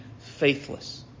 faithless